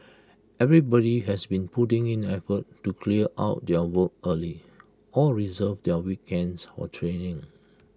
everybody has been putting in effort to clear out their work early or reserve their weekends for training